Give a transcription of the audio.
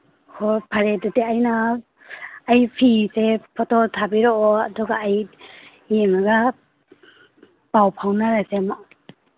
ꯑꯣ ꯐꯔꯦ ꯑꯗꯨꯗꯤ ꯑꯩꯅ ꯑꯩ ꯐꯤꯁꯦ ꯐꯣꯇꯣ ꯊꯥꯕꯤꯔꯛꯑꯣ ꯑꯗꯨꯒ ꯑꯩ ꯌꯦꯡꯉꯒ ꯄꯥꯎ ꯐꯥꯎꯅꯔꯁꯦ ꯑꯃꯨꯛ